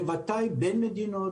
בוודאי בין מדינות.